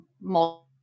multiple